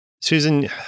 Susan